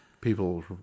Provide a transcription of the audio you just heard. People